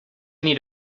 need